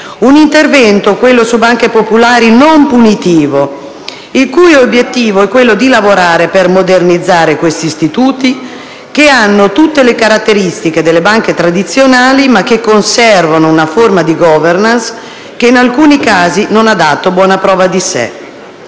Un intervento, quello sulle banche popolari, non punitivo, il cui obiettivo è quello di lavorare per modernizzare questi istituti, che hanno tutte le caratteristiche delle banche tradizionali, ma che conservano una forma di *governance* che in alcuni casi non ha dato buona prova di sé.